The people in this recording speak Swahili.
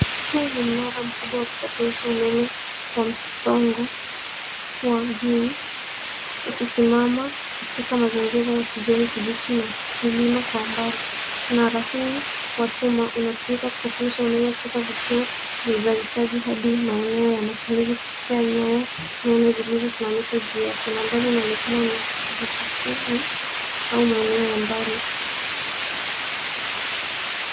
Huu ni mnara mkubwa wa kusafirisha umeme kwa msongo wa juu. Ukisimama katika mazingira ya kijani kibichi na milima kwa umbali. Mnara huu wa chuma unatumika kusafirisha umeme kutoka vituo vya uzalishaji hadi maeneo ya matumizi kupitia nyayo nene zilizosimamishwa juu yake. Mandhari inaonekana ni vijijini au maeneo ya mbali.